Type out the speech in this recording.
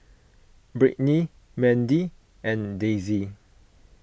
Brittney Mandie and Daisie